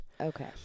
Okay